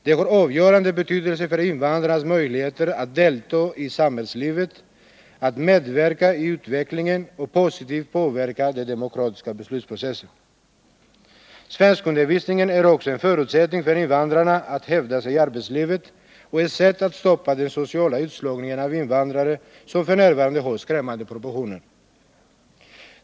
Den har avgörande betydelse för invandrarnas möjlighet att delta i samhällslivet, att medverka i utvecklingen och positivt påverka den demokratiska beslutsprocessen. Svenskundervisningen är också en förutsättning för invandrarna att hävda sig i arbetslivet och ett sätt att stoppa den sociala utslagningen av invandrare, som f.n. har skrämmande proportioner.